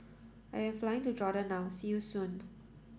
I am flying to Jordan now see you soon